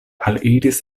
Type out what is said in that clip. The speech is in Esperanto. aliris